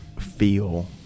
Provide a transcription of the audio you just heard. Feel